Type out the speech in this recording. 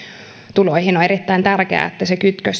tuloihin on erittäin tärkeää että se kytkös